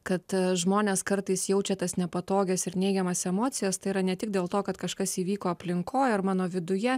kad žmonės kartais jaučia tas nepatogias ir neigiamas emocijas tai yra ne tik dėl to kad kažkas įvyko aplinkoj ar mano viduje